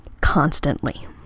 constantly